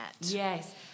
Yes